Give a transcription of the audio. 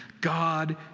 God